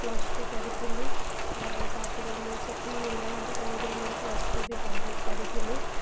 plus two ପଢ଼ିଥିଲି ତା'ପରେ ମୁଁ ସେଠି ଇନ୍ଦିରାଗାନ୍ଧୀ କଲେଜରେ ମୋର ପ୍ଲସ୍ ଥ୍ରୀ ବି କମ୍ପ୍ଲିଟ୍ କରିଥିଲି